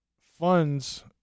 funds